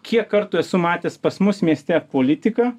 kiek kartų esu matęs pas mus mieste politiką